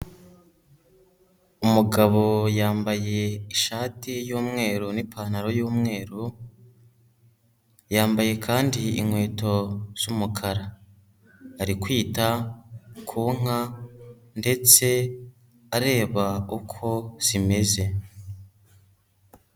Umugabo yambaye ishati y'umweru n'ipantaro y'umweru, yambaye kandi inkweto z'umukara, ari kwita ku nka ndetse areba uko zimeze.